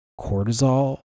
cortisol